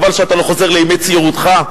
חבל שאתה לא חוזר לימי צעירותך,